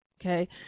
Okay